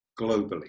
globally